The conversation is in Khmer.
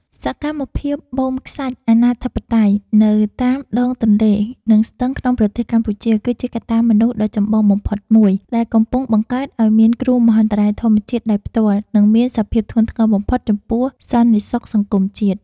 សកម្មភាពបូមខ្សាច់អនាធិបតេយ្យនៅតាមដងទន្លេ និងស្ទឹងក្នុងប្រទេសកម្ពុជា គឺជាកត្តាមនុស្សដ៏ចម្បងបំផុតមួយ ដែលកំពុងបង្កើតឱ្យមានគ្រោះមហន្តរាយធម្មជាតិដោយផ្ទាល់ និងមានសភាពធ្ងន់ធ្ងរបំផុតចំពោះសន្តិសុខសង្គមជាតិ។